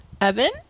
Evan